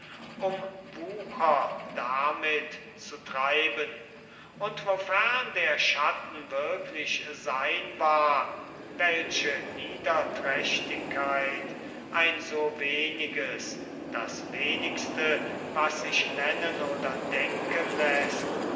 um wucher damit zu treiben und wofern der schatten wirklich sein war welche niederträchtigkeit ein so weniges das wenigste was sich nennen oder denken läßt